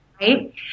right